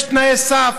יש תנאי סף,